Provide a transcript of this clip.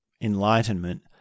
Enlightenment